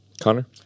Connor